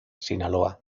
sinaloa